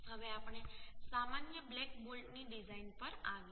હવે આપણે સામાન્ય બ્લેક બોલ્ટની ડિઝાઇન પર આવીએ